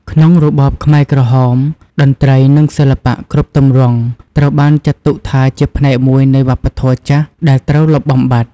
ក្នុងរបបខ្មែរក្រហម តន្ត្រី និងសិល្បៈគ្រប់ទម្រង់ត្រូវបានចាត់ទុកថាជាផ្នែកមួយនៃ វប្បធម៌ចាស់ ដែលត្រូវលុបបំបាត់។